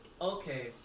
okay